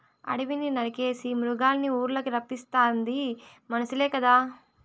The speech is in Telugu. అడివిని నరికేసి మృగాల్నిఊర్లకి రప్పిస్తాది మనుసులే కదా